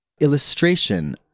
illustration